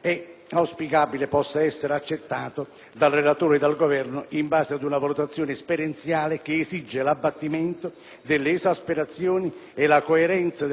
è auspicabile possa essere accettato dal relatore e dal Governo in base ad una valutazione esperienziale che esige l'abbattimento delle esasperazioni e la coerenza della risposta alle legittime istanze della popolazione.